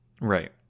right